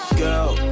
girl